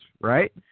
right